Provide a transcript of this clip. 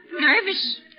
nervous